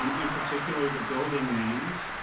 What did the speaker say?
um in particular the building names,